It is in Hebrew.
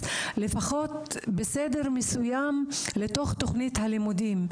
לפחות בסדר מסוים לתוך תוכנית הלימודים,